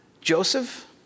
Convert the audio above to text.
Joseph